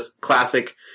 classic